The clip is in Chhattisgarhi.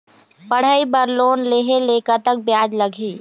पढ़ई बर लोन लेहे ले कतक ब्याज लगही?